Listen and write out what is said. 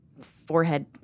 forehead